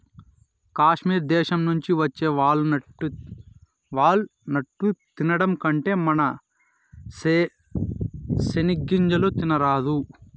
కాశ్మీర్ దేశం నుంచి వచ్చే వాల్ నట్టు తినడం కంటే మన సెనిగ్గింజలు తినరాదా